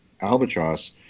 Albatross